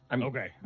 Okay